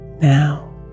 Now